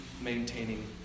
maintaining